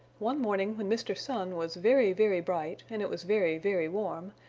one morning when mr. sun was very, very bright and it was very, very warm,